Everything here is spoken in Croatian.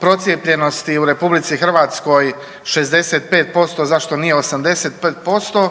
procijepljenosti u RH 65%, zašto nije 85%.